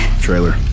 trailer